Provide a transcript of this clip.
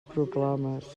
proclames